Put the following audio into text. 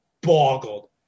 boggled